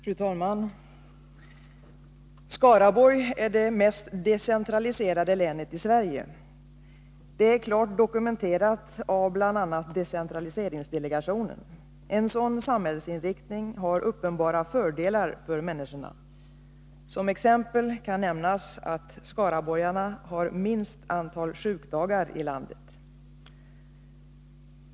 Fru talman! Skaraborgs län är det mest decentraliserade länet i Sverige. Det är klart dokumenterat av bl.a. decentraliseringsdelegationen. En sådan samhällsinriktning har uppenbara fördelar för människorna. Som exempel kan nämnas att skaraborgarna har minst antal sjukdagar i landet.